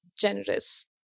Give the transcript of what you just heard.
generous